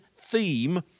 theme